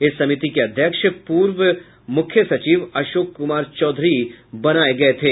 इस समिति के अध्यक्ष पूर्व मुख्य सचिव अशोक कुमार चौधरी को बनाये गये थे